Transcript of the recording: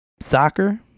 soccer